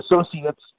associates